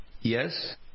Yes